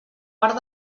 part